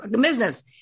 business